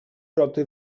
roty